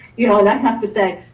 you know and i have to say,